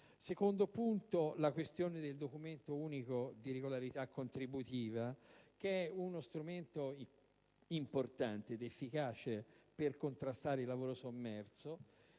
secondo punto attiene alla questione del documento unico di regolarità contributiva. Si tratta di uno strumento importante ed efficace per contrastare il lavoro sommerso,